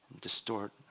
distort